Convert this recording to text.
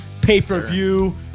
Pay-per-view